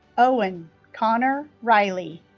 owen connor riley